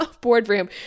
boardroom